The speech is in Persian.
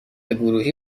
گروهی